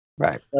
Right